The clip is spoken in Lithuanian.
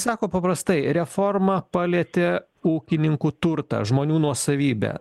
sako paprastai reforma palietė ūkininkų turtą žmonių nuosavybę